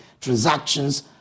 Transactions